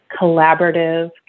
collaborative